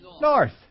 north